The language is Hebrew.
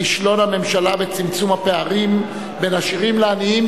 כישלון הממשלה בצמצום הפערים בין עשירים לעניים,